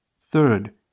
Third